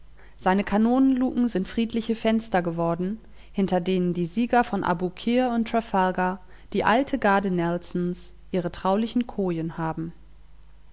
seine kanonenluken sind friedliche fenster geworden hinter denen die sieger von abukir und trafalgar die alte garde nelsons ihre traulichen kojen haben